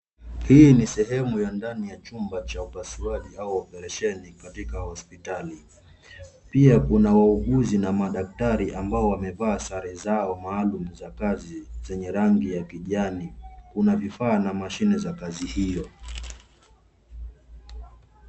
Hii ni sehemu ya ndani ya chumba cha upasuaji au oparesheni katika hospitali. Pia kuna wauguzi na madaktari ambao wamevaa sare zao maalum za kazi zenye rangi ya kijani. Kuna vifaa na mashine za kazi hiyo.